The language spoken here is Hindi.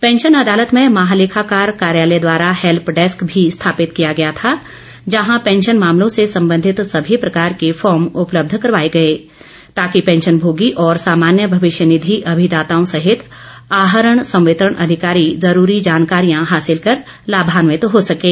पैंशन अदालत में महालेखाकार कार्यालय द्वारा हैल्प डैस्क भी स्थापित किया गया था जहां पैंशन मामलों से संबंधित सभी प्रकार के फार्म उपलब्ध करवाए गए ताकि पैंशन भोगी और सामान्य भविष्य निधि अभिदाताओं सहित आहरण संवितरण अधिकारी ज़रूरी जानकारियां हासिल कर लाभान्वित हो सकें